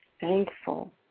thankful